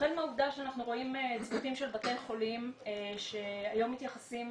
החל מהעובדה שאנחנו רואים צוותים של בתי חולים שהיום מתייחסים